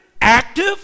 active